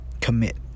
commit